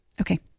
Okay